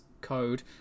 code